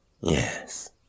Yes